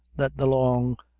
that the long,